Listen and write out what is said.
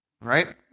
right